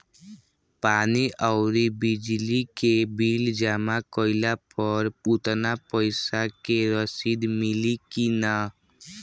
पानी आउरबिजली के बिल जमा कईला पर उतना पईसा के रसिद मिली की न?